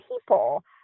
people